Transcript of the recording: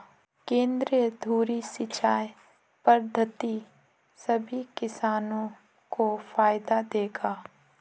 केंद्रीय धुरी सिंचाई पद्धति सभी किसानों को फायदा देगा